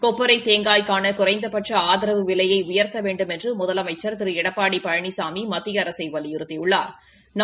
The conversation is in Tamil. கொப்பரை தேங்காய்க்கான குறைந்தபட்ச ஆதரவ விலையை உயர்த்த வேண்டுமென்று முதலமைச்சா் திரு எடப்பாடி பழனிசாமி மத்திய அரசை வலியுறுத்தியுள்ளாா்